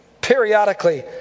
Periodically